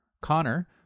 Connor